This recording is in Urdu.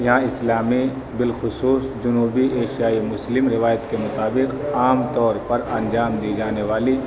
یہاں اسلامی بالخصوص جنوبی ایشیائی مسلم روایت کے مطابق عام طور پر انجام دی جانے والی